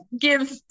give